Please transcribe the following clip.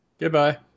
goodbye